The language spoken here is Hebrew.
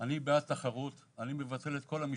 אני בעד תחרות ואני מבטל את כל המשפטים.